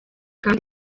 kandi